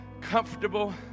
comfortable